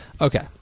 Okay